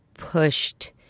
pushed